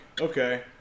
okay